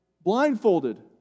blindfolded